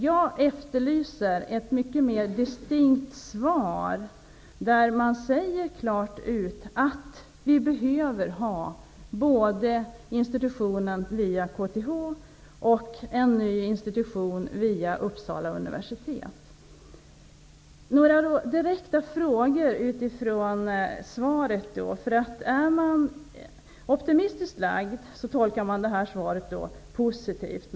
Jag efterlyser ett mycket mer distinkt svar där man klart säger att vi behöver ha både institutionen via KTH och en ny institution via Uppsala universitet. Om man är optimistiskt lagd tolkar man svaret positivt.